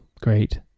great